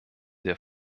der